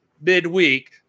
midweek